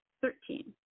Thirteen